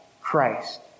Christ